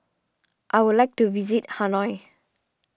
I would like to visit Hanoi